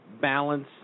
balance